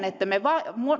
että me